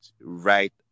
right